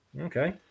Okay